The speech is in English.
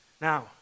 Now